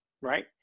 Right